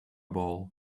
ball